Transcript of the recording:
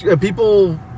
People